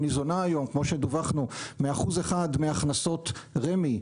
שניזונה היום מ-1% מהכנסות רמ"י,